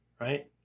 Right